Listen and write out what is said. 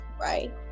right